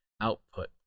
output